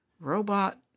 robot